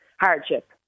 hardship